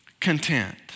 content